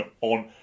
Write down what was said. on